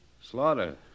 Slaughter